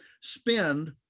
spend